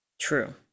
True